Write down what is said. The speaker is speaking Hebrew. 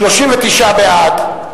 39 בעד,